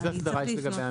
איזה הסדרה יש לגבי המכירה?